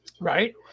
right